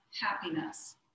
happiness